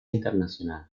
internacional